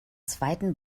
zweiten